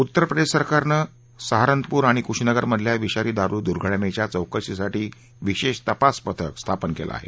उत्तर प्रदेश सरकारने साहारनपूर आणि कुशीनगर मधल्या विषारी दारू दुर्घटनेच्या चौकशीसाठी विशेष तपास पथक स्थापन केलं आहे